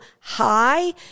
high